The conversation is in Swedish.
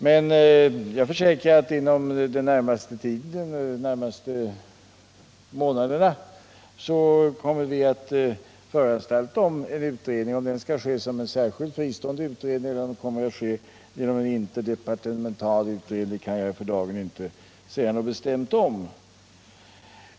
Men jag försäkrar att inom de närmaste månaderna kommer vi att föranstalta om en utredning. Om det skall bli en särskild fristående utredning eller en interdepartemental utredning kan jag för dagen inte säga någonting bestämt om.